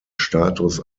status